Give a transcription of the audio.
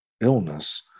illness